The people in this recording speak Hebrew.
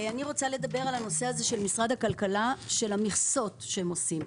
אני רוצה לדבר על הנושא הזה של משרד הכלכלה על המשרות שהם עושים.